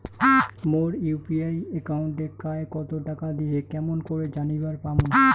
মোর UPI একাউন্টে কায় কতো টাকা দিসে কেমন করে জানিবার পামু?